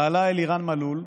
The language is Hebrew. בעלה, אלירן מלול,